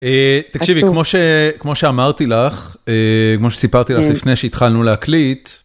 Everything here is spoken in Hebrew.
תקשיבי, כמו שאמרתי לך, כמו שסיפרתי לך לפני שהתחלנו להקליט,